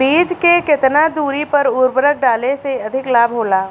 बीज के केतना दूरी पर उर्वरक डाले से अधिक लाभ होला?